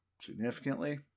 significantly